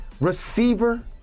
receiver